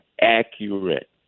accurate